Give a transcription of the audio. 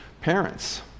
parents